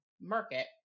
market